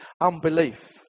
unbelief